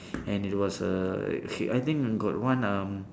and he was err he I think got one um